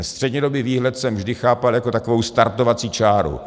Střednědobý výhled jsem vždy chápal jako takovou startovací čáru.